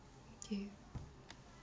K